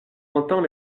entend